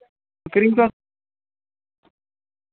ᱠᱤᱨᱤᱧ ᱠᱚᱣᱟᱢ